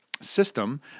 system